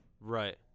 Right